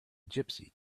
gypsy